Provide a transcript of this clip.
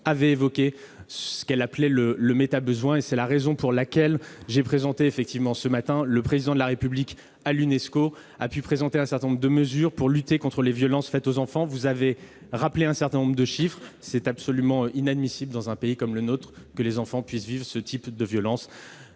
avait évoqué ce qu'elle appelait le « métabesoin ». C'est la raison pour laquelle, ce matin, le Président de la République a présenté à l'Unesco un certain nombre de mesures pour lutter contre les violences faites aux enfants. Vous avez rappelé un certain nombre de chiffres. Il est absolument inadmissible dans un pays comme le nôtre que les enfants puissent vivre ce type de violence.